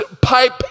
pipe